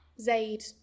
Zaid